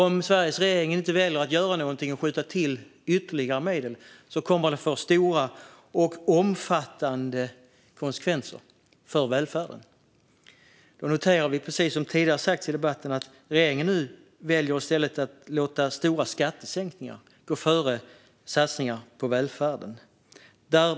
Om Sveriges regering inte väljer att göra något och skjuta till ytterligare medel kommer det att få stora och omfattande konsekvenser för välfärden. Jag noterar att regeringen, precis som sagts tidigare i debatten, i stället väljer att låta stora skattesänkningar gå före satsningar på välfärden.